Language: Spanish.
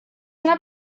una